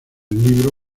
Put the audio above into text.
libro